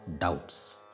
doubts